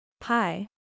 Pi